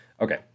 Okay